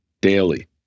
daily